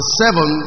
seven